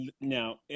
now